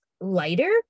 lighter